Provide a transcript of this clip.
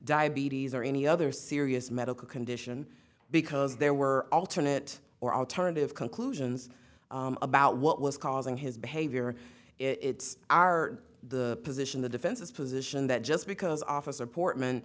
diabetes or any other serious medical condition because there were alternate it or alternative conclusions about what was causing his behavior it's are the position the defense's position that just because officer portman